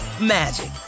magic